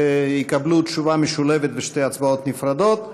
והן יקבלו תשובה משולבת ושתי הצבעות נפרדות.